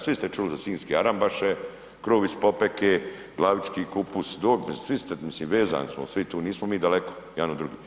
Svi ste čuli za sinjske arambaše, kruh iz popeke, glavički kupus, svi ste, mislim vezani smo svi tu, nismo mi daleko jedan od drugih.